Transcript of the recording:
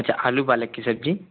अच्छा आलू पालक की सब्ज़ी